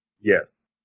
Yes